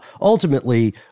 Ultimately